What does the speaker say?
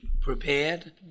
prepared